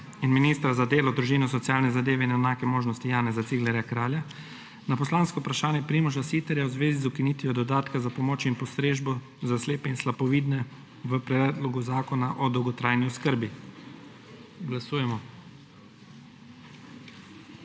in ministra za delo, družino, socialne zadeve in enake možnosti Janeza Ciglerja Kralja na poslansko vprašanje Primoža Siterja v zvezi z ukinitvijo dodatka za pomoč in postrežbo za slepe in slabovidne v Predlogu zakona o dolgotrajni oskrbi. Glasujemo.